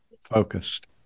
focused